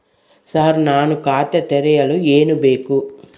Sir ನಾನು ಖಾತೆ ತೆರೆಯಲು ಏನು ಬೇಕು?